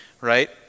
right